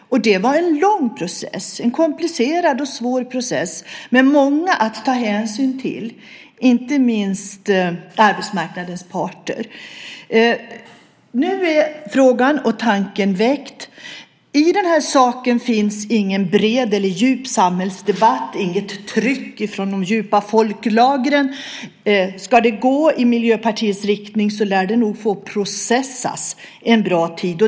Det var en lång, komplicerad och svår process med många att ta hänsyn till, inte minst arbetsmarknadens parter. Nu har frågan och tanken väckts. Det finns ingen bred eller djup samhällsdebatt i denna fråga eller något tryck från de djupa folklagren. Om utvecklingen ska gå i Miljöpartiets riktning lär det nog få processas en bra tid.